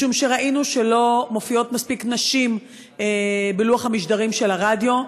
משום שראינו שלא מופיעות מספיק נשים בלוח המשדרים של הרדיו.